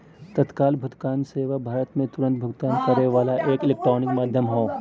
तत्काल भुगतान सेवा भारत में तुरन्त भुगतान करे वाला एक इलेक्ट्रॉनिक माध्यम हौ